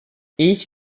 each